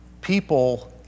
people